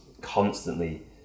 constantly